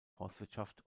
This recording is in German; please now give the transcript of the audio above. forstwirtschaft